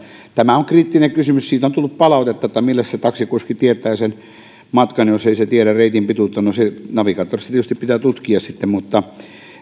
tämä on kriittinen kysymys siitä on tullut palautetta että milläs se taksikuski tietää sen matkan jos ei tiedä reitin pituutta no navigaattorista se pitää tietysti sitten tutkia mutta